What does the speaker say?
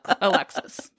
Alexis